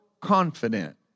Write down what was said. confident